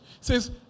says